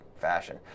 fashion